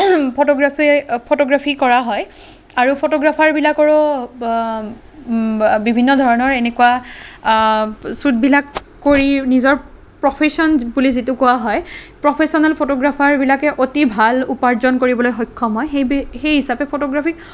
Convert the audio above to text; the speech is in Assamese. ফটোগ্ৰাফীৰ ফটোগ্ৰাফী কৰা হয় আৰু ফটোগ্ৰাফাৰবিলাকৰো বিভিন্ন ধৰণৰ এনেকুৱা চুটবিলাক কৰি নিজৰ প্ৰফেছন বুলি যিটো কোৱা হয় প্ৰফেচনেল ফটোগ্ৰাফাৰবিলাকে অতি ভাল উপাৰ্জন কৰিবলৈ সক্ষম হয় সেই সেইহিচাপে ফটোগ্ৰাফিক